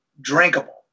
drinkable